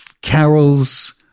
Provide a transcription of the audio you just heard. Carol's